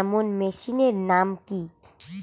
এমন মেশিনের নাম কি?